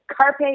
carpe